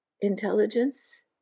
intelligence